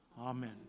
Amen